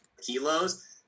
kilos